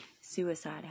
suicide